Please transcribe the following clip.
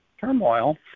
Turmoil